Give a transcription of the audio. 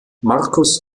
markus